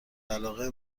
علاقه